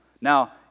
Now